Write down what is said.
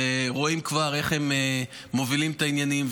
וכבר רואים איך הם מובילים את העניינים.